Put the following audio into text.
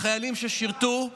לחיילים ששירתו,